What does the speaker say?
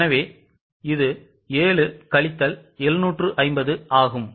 எனவே இது 7 கழித்தல் 750 ஆகும்